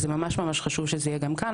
אז ממש ממש חשוב שזה יהיה גם כאן.